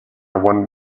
want